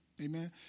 Amen